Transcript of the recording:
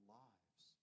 lives